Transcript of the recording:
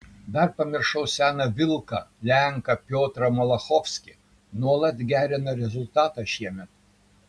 dar pamiršau seną vilką lenką piotrą malachovskį nuolat gerina rezultatą šiemet